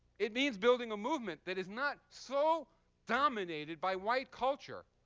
it means building a movement that is not so dominated by white culture